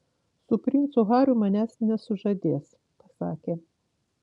su princu hariu manęs nesužadės pasakė